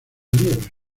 liebre